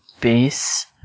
base